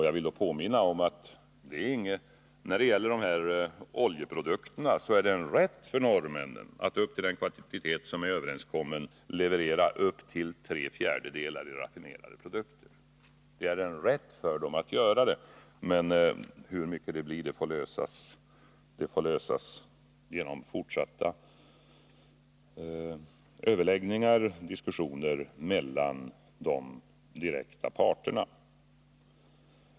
Jag vill påminna om att norrmännen enligt avtalet har rätt att av den överenskomna kvantiteten leverera upp till tre fjärdedelar i form av raffinerade produkter. Hur stor denna andel blir får avgöras genom fortsatta diskussioner mellan de direkt berörda parterna.